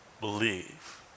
believe